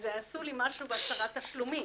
עשו לי משהו ב-10 תשלומים